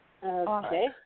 Okay